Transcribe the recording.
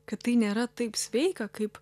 kad tai nėra taip sveika kaip